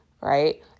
right